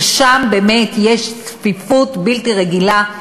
ששם באמת יש צפיפות בלתי רגילה,